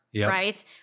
right